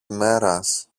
ημέρας